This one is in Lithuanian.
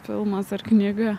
filmas ar knyga